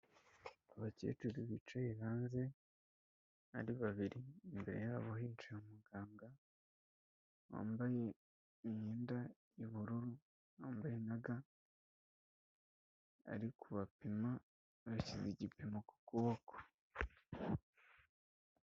Abakecuru bicaye hanze ari babiri, imbere yabo hicaye umuganga wambaye imyenda y'ubururu, wambaye na ga, ari kubapima, bashyize igipimo ku kuboko.